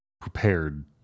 prepared